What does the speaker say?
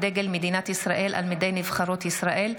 דגל מדינת ישראל על מדי נבחרות ישראל),